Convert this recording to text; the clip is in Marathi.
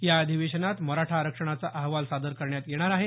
या अधिवेशनात मराठा आरक्षणाचा अहवाल सादर करण्यात येणार आहे